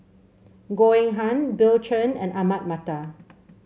Goh Eng Han Bill Chen and Ahmad Mattar